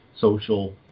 social